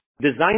design